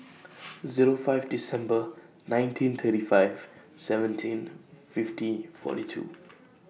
Zero five December nineteen thirty five seventeen fifty forty two